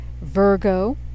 Virgo